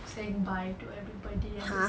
saying bye to everybody and then